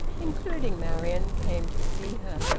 including marian, came to see her.